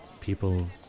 people